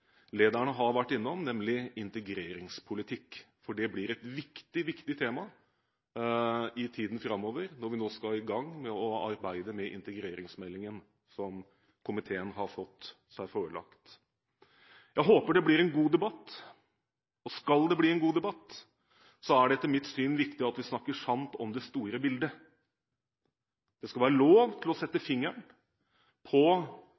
innlederne har vært innom, nemlig integreringspolitikk. Det blir et viktig tema i tiden framover, når vi nå skal i gang med arbeidet med integreringsmeldingen, som komiteen har fått seg forelagt. Jeg håper det blir en god debatt, og skal det bli en god debatt, er det etter mitt syn viktig at vi snakker sant om det store bildet. Det skal være lov til å sette fingeren på